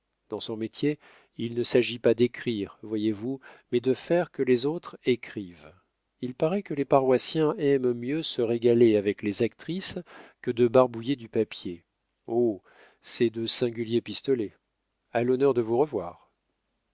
dans son métier il ne s'agit pas d'écrire voyez-vous mais de faire que les autres écrivent il paraît que les paroissiens aiment mieux se régaler avec les actrices que de barbouiller du papier oh c'est de singuliers pistolets a l'honneur de vous revoir